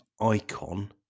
icon